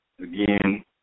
again